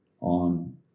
on